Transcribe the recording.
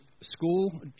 school